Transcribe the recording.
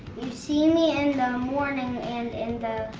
you see me in the morning and in the.